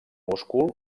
múscul